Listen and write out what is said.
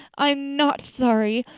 i'm not sorry.